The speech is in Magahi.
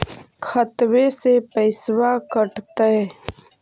खतबे से पैसबा कटतय?